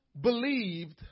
believed